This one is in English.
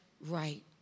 right